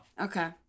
okay